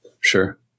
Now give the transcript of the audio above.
Sure